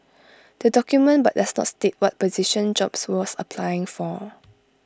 the document but does not state what position jobs was applying for